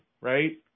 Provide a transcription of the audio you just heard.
right